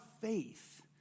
faith